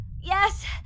Yes